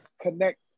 connect